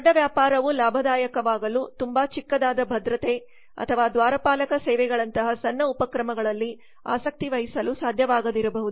ದೊಡ್ಡ ವ್ಯಾಪಾರವು ಲಾಭದಾಯಕವಾಗಲು ತುಂಬಾ ಚಿಕ್ಕದಾದ ಭದ್ರತೆ ಅಥವಾ ದ್ವಾರಪಾಲಕ ಸೇವೆಗಳಂತಹ ಸಣ್ಣ ಉಪಕ್ರಮಗಳಲ್ಲಿ ಆಸಕ್ತಿ ವಹಿಸಲು ಸಾಧ್ಯವಾಗದಿರಬಹುದು